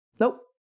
Nope